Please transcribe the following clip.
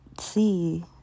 see